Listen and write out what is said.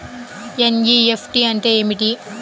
NEFT అంటే ఏమిటి?